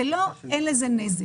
הם כן גורמים נזק.